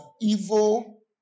evil